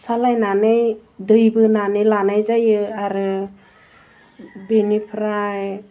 सालायनानै दै बोनानै लानाय जायो आरो बिनिफ्राइ